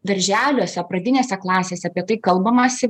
darželiuose pradinėse klasėse apie tai kalbamasi